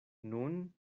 nun